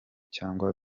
cyangwa